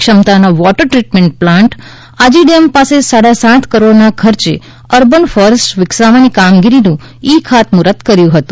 ક્ષમતાનો water treatment plant આજીડેમ પાસે સાડા સાત કરોડના ખર્ચે અર્બન ફોરેસ્ટ વિકસાવવાની કામગીરીનું ઈ ખાતમુહૂર્ત કર્યું છે